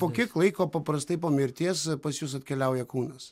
po kiek laiko paprastai po mirties pas jus atkeliauja kūnas